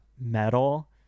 metal